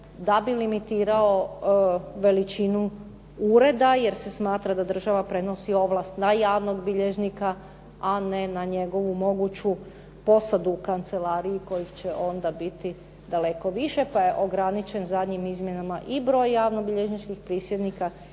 da bi limitirao veličinu ureda jer se smatra da država prenosi ovlast na javnog bilježnika, a ne na njegovu moguću posadu u kancelariji kojih će onda biti daleko više pa je ograničen zadnjim izmjenama i broj javnobilježničkih prisjednika